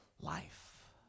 life